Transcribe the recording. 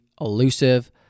elusive